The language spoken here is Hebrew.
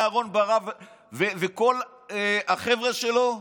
מאהרן ברק וכל החבר'ה שלו: